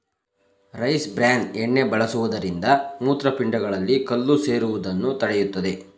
rice bran ಎಣ್ಣೆ ಬಳಸುವುದರಿಂದ ಮೂತ್ರಪಿಂಡಗಳಲ್ಲಿ ಕಲ್ಲು ಸೇರುವುದನ್ನು ತಡೆಯುತ್ತದೆ